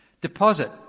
Deposit